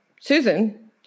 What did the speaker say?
Susan